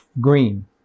green